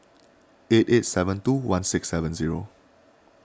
eight eight seven two one six seven zero